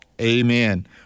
Amen